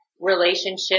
relationship